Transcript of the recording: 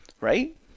Right